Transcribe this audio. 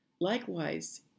Likewise